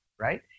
right